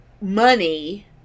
money